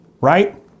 right